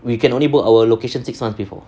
we can only book our location six months before